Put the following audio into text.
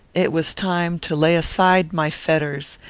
it was time to lay aside my fetters,